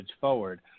forward